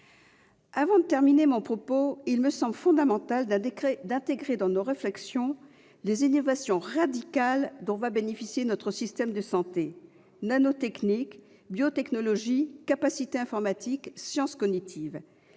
Avant de terminer mon propos, il me semble fondamental d'intégrer dans nos réflexions les innovations radicales dont va bénéficier notre système de santé : les nanotechnologies, les biotechnologies, les capacités informatiques, les sciences cognitives.